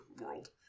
world